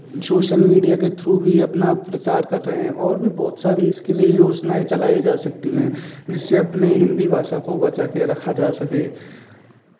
social media के through भी अपना प्रचार कर रहे हैं और भी बहुत सारी इसके लिए योजनाएँ चलाई जा सकती हैं जिससे अपनी हिन्दी भाषा को बचा के रखा जा सके